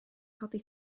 codi